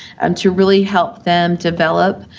and to really help them develop